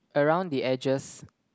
around the edges